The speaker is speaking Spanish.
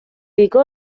dedicó